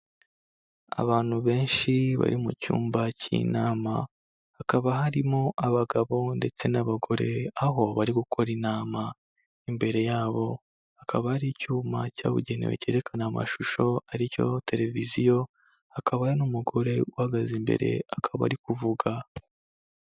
Abantu benshi bari mu cyumba cy'inama, hakaba harimo abagabo ndetse n'abagore aho bari gukora inama, imbere yabo hakaba hari icyuma cyabugenewe cyerekana amashusho ari cyo tereviziyo, hakaba hari n'umugore uhagaze imbere, akaba ari kuvuga.